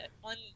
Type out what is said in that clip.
one